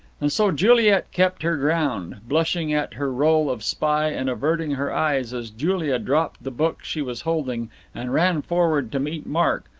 and so juliet kept her ground, blushing at her role of spy, and averting her eyes as julia dropped the book she was holding and ran forward to meet mark,